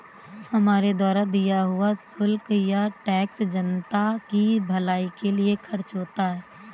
हमारे द्वारा दिया हुआ शुल्क या टैक्स जनता की भलाई के लिए खर्च होता है